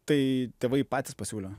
tai tėvai patys pasiūlė